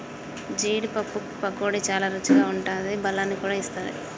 జీడీ పప్పు పకోడీ చాల రుచిగా ఉంటాది బలాన్ని కూడా ఇస్తది